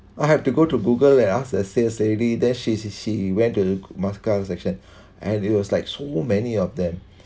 I have to go to google and asked a sales lady then she she she went to mascara section and it was like so many of them